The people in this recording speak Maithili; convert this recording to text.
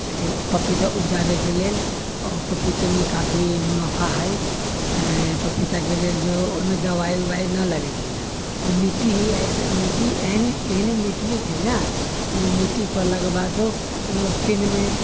पपीता उपजाबै के लेल आओर पपीता मे काफी मुनाफा है पपीता मे जो दबाइ उबाइ नहि लगै छै न ओ मिट्टी ही ऐसे मिट्टी ही एहने एहने मिट्टिये छै न मिट्टी पड़ला के बाद ओ